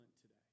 today